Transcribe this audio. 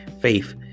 faith